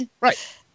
right